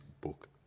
book